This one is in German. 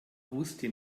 wusste